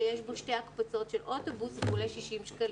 שיש בו שתי הקפצות של אוטובוס והוא עולה 60 שקלים.